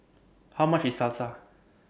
How much IS Salsa